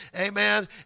amen